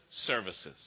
services